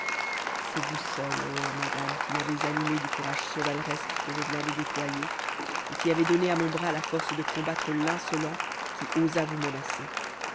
c'est vous seule ô madame qui m'avez animé du courage chevaleresque que je viens de déployer et qui avez donné à mon bras la force de combattre l'insolent qui osa vous menacer